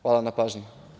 Hvala na pažnji.